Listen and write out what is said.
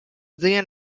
then